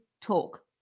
talk